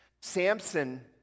Samson